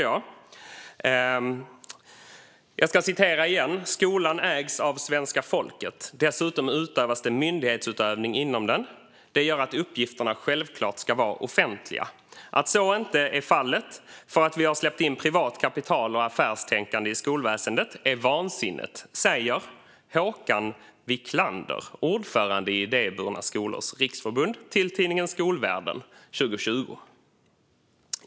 Jag citerar igen: "Skolan ägs av svenska folket. Dessutom utövas det myndighetsutövning inom den. Det gör att uppgifterna självklart ska vara offentliga. Att så inte längre är fallet, för att vi har släppt in privat kapital och affärstänkande i skolväsendet, är vansinnigt." Detta sa Håkan Wiclander, ordförande i Idéburna skolors riksförbund, till tidningen Skolvärlden år 2020.